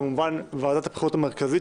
כמובן את ועדת הבחירות המרכזית,